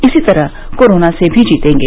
इसी तरह कोरोना से भी जीतेंगे